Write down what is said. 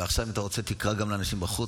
ועכשיו, אם אתה רוצה, תקרא גם לאנשים בחוץ.